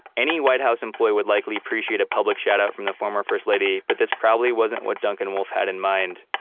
any white house employee would likely appreciate a public shout out from the former first lady, but this probably wasn't what duncan wolfe had in mind.